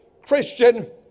Christian